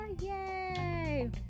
Yay